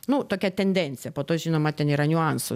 nu tokia tendencija po to žinoma ten yra niuansų